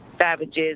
savages